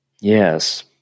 Yes